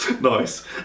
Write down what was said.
Nice